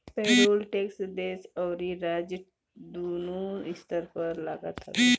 payroll tax देस अउरी राज्य दूनो स्तर पर लागत हवे